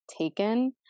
taken